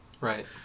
Right